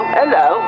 hello